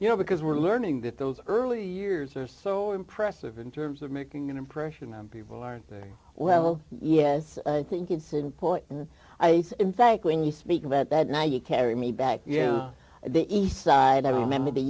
you know because we're learning that those early years or so impressive in terms of making an impression on people are well yes i think it's important in fact when you speak about that now you carry me back you know the east side i remember the